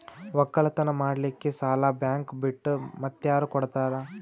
ಒಕ್ಕಲತನ ಮಾಡಲಿಕ್ಕಿ ಸಾಲಾ ಬ್ಯಾಂಕ ಬಿಟ್ಟ ಮಾತ್ಯಾರ ಕೊಡತಾರ?